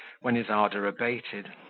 when his ardour abated